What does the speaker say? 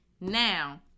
Now